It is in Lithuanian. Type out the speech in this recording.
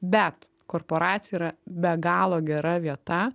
bet korporacija yra be galo gera vieta